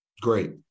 Great